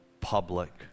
public